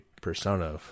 Persona